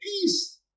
peace